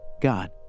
God